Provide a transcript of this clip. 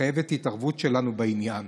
מחייבים התערבות שלנו בעניין.